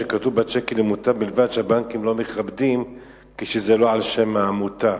שכשכתוב בצ'קים "למוטב בלבד" הבנקים לא מכבדים כשזה לא על שם העמותה.